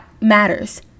matters